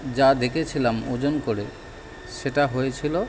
যা দেখেছিলাম ওজন করে সেটা হয়েছিলো